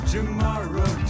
Tomorrow